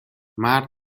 مرد